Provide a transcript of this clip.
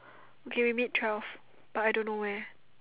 okay we meet twelve but I don't know where